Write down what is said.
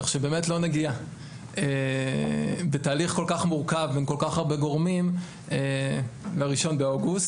כך שלא נגיע בתהליך כל כך מורכב עם כל כך הרבה גורמים ל-1 באוגוסט.